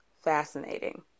fascinating